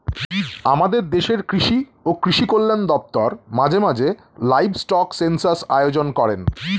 আমাদের দেশের কৃষি ও কৃষি কল্যাণ দপ্তর মাঝে মাঝে লাইভস্টক সেন্সাস আয়োজন করেন